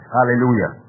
Hallelujah